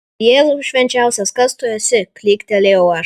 jėzau švenčiausias kas tu esi klyktelėjau aš